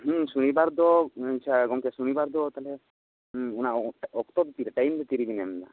ᱥᱚᱱᱤ ᱵᱟᱨ ᱫᱚ ᱟᱪᱪᱷᱟ ᱜᱚᱢᱠᱮ ᱥᱚᱱᱤ ᱵᱟᱨ ᱫᱚ ᱛᱟᱦᱚᱞᱮ ᱚᱱᱟ ᱚᱠᱛᱚ ᱫᱚ ᱛᱤᱨᱮ ᱴᱟᱭᱤᱢ ᱫᱚ ᱛᱤ ᱨᱮᱵᱮᱱ ᱮᱢ ᱮᱫᱟ